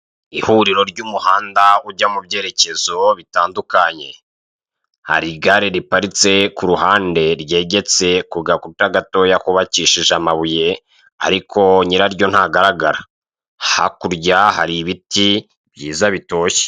Ihuriro ryumuhanda ujya mubyerekezo bitandukanye hari igare riparitse kuruhande ryegetse kugakuta gatoya kubakishije amabuye ariko nyiraryo ntagaragara, hakurya hari ibiti byiza bitoshye.